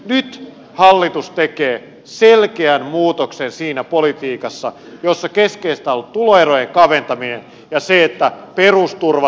nyt hallitus tekee selkeän muutoksen siinä politiikassa jossa keskeistä on ollut tuloerojen kaventaminen ja se että perusturvasta ei leikata